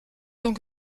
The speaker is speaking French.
temps